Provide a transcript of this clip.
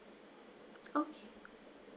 okay